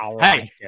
Hey